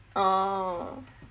orh